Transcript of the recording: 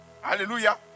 Hallelujah